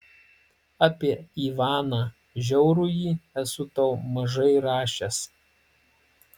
apie ivaną žiaurųjį esu tau mažai rašęs